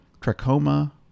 trachoma